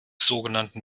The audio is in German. sogenannten